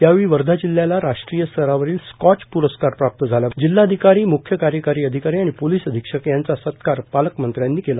यावेळी वर्धा जिल्हयाला राष्ट्रीय स्तरावरील स्कॉच प्रस्कार प्राप्त झाल्याबाबत जिल्हाधिकारी म्ख्यकार्यकारी अधिकारी आणि पोलिस अधिक्षक यांचा सत्कार पालकमंत्र्यांनी केला